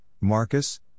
Marcus